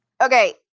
Okay